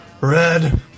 red